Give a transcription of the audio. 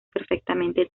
perfectamente